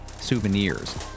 souvenirs